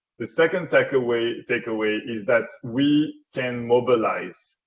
the second takeaway takeaway is that we can mobilise.